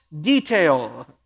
detail